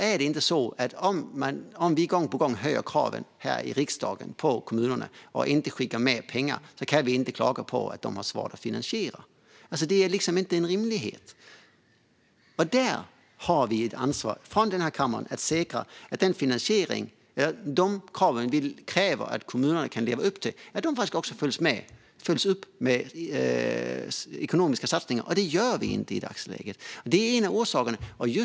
Om vi här i riksdagen gång på gång höjer kraven på kommunerna och inte skickar med pengar kan vi inte klaga på att de har svårt att finansiera. Det är inte rimligt. Den här kammaren har ett ansvar för att säkerställa att de krav vi ställer på kommunerna att de ska leva upp till ska följas av ekonomiska satsningar. Det görs inte i dagsläget. Det är en av orsakerna.